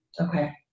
Okay